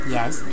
Yes